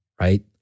right